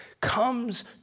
comes